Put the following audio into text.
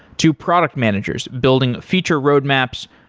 to product managers building feature roadmaps,